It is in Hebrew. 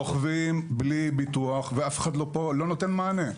רוכבים בלי ביטוח, ואף אחד פה לא נותן מענה.